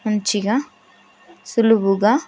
మంచిగా సులువుగా